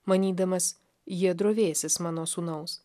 manydamas jie drovėsis mano sūnaus